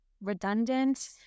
redundant